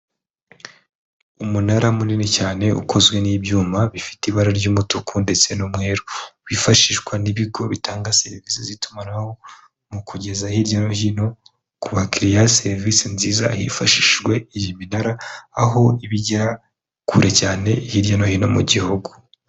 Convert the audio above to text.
Umunara munini cyane ukozwe n'ibyuma bifite ibara ry'umutuku ndetse n'umweru, wifashishwa n'ibigo bitanga serivisi z'itumanaho mu kugeza hirya no hino ku bakiriya serivisi nziza hifashishijwe iyi minara, aho iba ijya kure cyane hirya no hino mu gihugu.